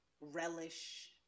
relish